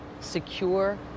secure